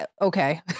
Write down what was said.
Okay